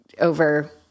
over